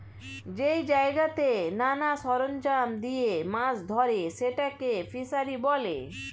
যেই জায়গাতে নানা সরঞ্জাম দিয়ে মাছ ধরে সেটাকে ফিসারী বলে